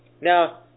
Now